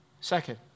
Second